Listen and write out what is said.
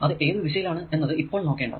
അത് ഏതു ദിശയിലാണു എന്നത് ഇപ്പോൾ നോക്കേണ്ട